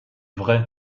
vrai